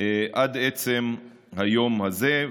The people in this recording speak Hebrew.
עד עצם היום הזה.